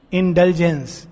indulgence